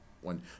one